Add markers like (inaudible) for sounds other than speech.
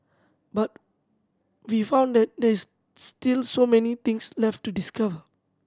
but we found that there is (unintelligible) still so many things left to discover